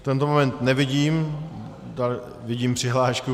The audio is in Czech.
V tento moment nevidím... vidím přihlášku.